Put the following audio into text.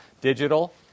digital